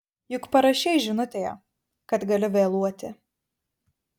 juk parašei žinutėje kad gali vėluoti